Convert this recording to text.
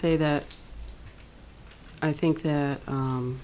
say that i think that